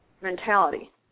mentality